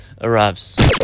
arrives